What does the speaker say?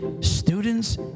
students